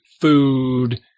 food